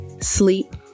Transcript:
sleep